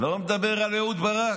לא מדבר על אהוד ברק,